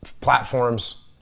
platforms